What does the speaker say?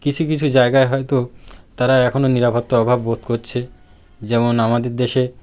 কিছু কিছু জায়গায় হয়তো তারা এখনও নিরাপত্তার অভাব বোধ করছে যেমন আমাদের দেশে